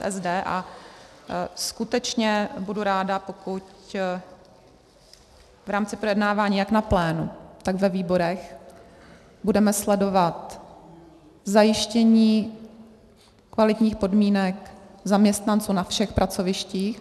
A skutečně budu ráda, pokud v rámci projednávání jak na plénu, tak ve výborech budeme sledovat zajištění kvalitních podmínek zaměstnanců na všech pracovištích.